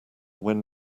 when